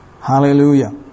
Hallelujah